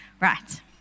Right